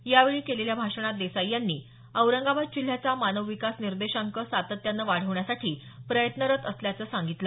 यावेळी केलेल्या भाषणात देसाई यांनी औरंगाबाद जिल्ह्याचा मानव विकास निर्देशांक सातत्यानं वाढवण्यासाठी प्रयत्नरत असल्याचं सांगितलं